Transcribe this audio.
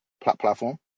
platform